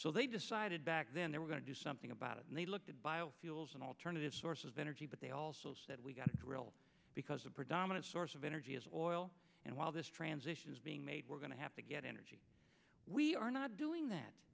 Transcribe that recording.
so they decided back then they were going to do something about it and they looked at biofuels and alternative sources of energy but they also said we got to drill because the predominant source of energy is oil and while this transition is being made we're going to have to get energy we are not doing that